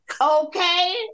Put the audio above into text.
Okay